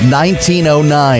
1909